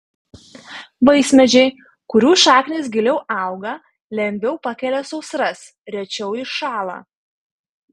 vaismedžiai kurių šaknys giliau auga lengviau pakelia sausras rečiau iššąla